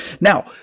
Now